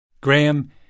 Graham